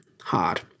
hard